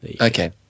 Okay